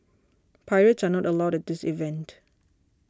pirates are not allowed at this event